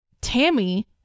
Tammy